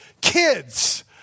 kids